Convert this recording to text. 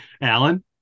Alan